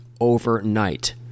overnight